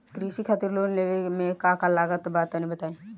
कृषि खातिर लोन लेवे मे का का लागत बा तनि बताईं?